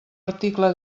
article